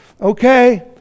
okay